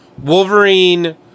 Wolverine